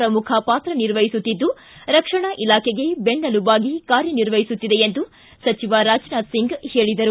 ಪ್ರಮುಖ ಪಾತ್ರ ನಿರ್ವಹಿಸುತ್ತಿದ್ದು ರಕ್ಷಣಾ ಇಲಾಖೆಗೆ ಬೆನ್ನುಲುಬಾಗಿ ಕಾರ್ಯನಿರ್ವಹಿಸುತ್ತಿದೆ ಎಂದು ಸಚಿವ ರಾಜನಾಥ್ ಸಿಂಗ್ ಹೇಳದರು